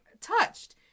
touched